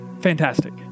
fantastic